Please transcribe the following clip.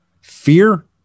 Fear